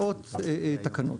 מאות תקנות.